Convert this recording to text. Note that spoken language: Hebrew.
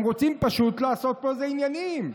הם רוצים פשוט לעשות פה עניינים.